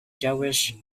jewish